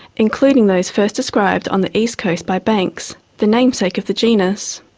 including those first described on the east coast by banks, the namesake of the genus.